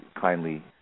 kindly